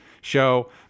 show